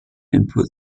input